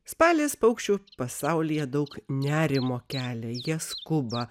spaliais paukščių pasaulyje daug nerimo kelia jie skuba